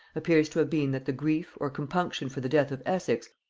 appears to have been, that the grief or compunction for the death of essex,